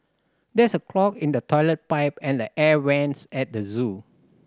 there is a clog in the toilet pipe and the air vents at the zoo